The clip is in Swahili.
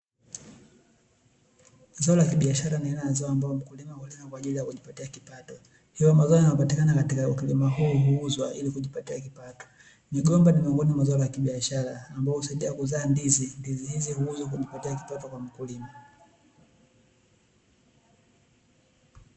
Zao la kibiashara ni aina ya zao ambalo mkulima hulima kwa ajili ya kujipatia kipato, yale mazao yanayopatika katika ukulima huu huuzwa ili kujipatia kipato, migomba ni miongoni mwa zao la kibiashara ambalo husaidia kuzaa ndizi, ndizi hizo huuzwa kujipatia kipato kwa mkulima.